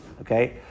okay